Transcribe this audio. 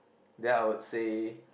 then I would say